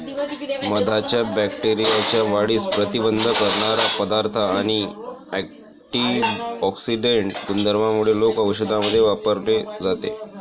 मधाच्या बॅक्टेरियाच्या वाढीस प्रतिबंध करणारा पदार्थ आणि अँटिऑक्सिडेंट गुणधर्मांमुळे लोक औषधांमध्ये वापरले जाते